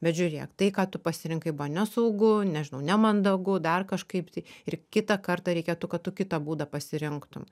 bet žiūrėk tai ką tu pasirinkai buvo nesaugu nežinau nemandagu dar kažkaip tai ir kitą kartą reikėtų kad tu kitą būdą pasirinktum